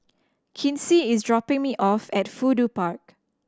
Kinsey is dropping me off at Fudu Park